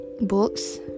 books